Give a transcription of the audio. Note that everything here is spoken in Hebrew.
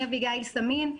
אני אביגיל סאמין,